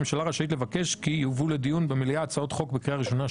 הממשלה רשאית לבקש כי יובאו לדיון במליאה הצעות חוק בקריאה הראשונה,